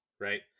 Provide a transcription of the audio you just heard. Right